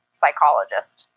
psychologist